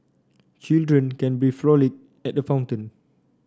children can frolic at the fountain